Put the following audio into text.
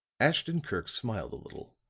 ashton-kirk smiled a little.